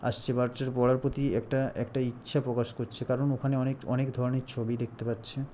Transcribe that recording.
আসছে বাচ্চারা পড়ার প্রতি একটা একটা ইচ্ছা প্রকাশ করছে কারণ ওখানে অনেক অনেক ধরনের ছবি দেখতে পাচ্ছে